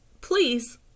Please